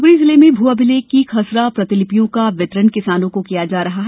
शिवपूरी जिले में भू अभिलेख की खसरा प्रतिलिपियों का वितरण किसानों को किया जा रहा है